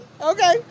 Okay